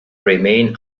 remain